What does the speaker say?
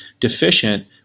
deficient